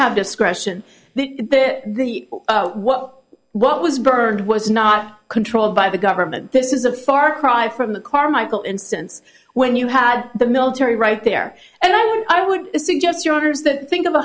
have discretion the the what what was burned was not controlled by the government this is a far cry from the carmichael instance when you had the military right there and i would suggest your orders that think of a